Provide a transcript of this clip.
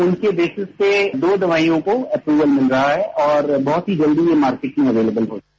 उनकी बेसिस में दो दवाईयों को एप्रूवल मिल रहा है और बहुत ही जल्दी ये मार्केट में एविलेवल होगी